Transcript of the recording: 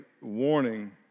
warning